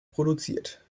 produziert